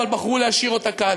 אבל בחרו להשאיר אותה כאן.